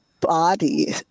body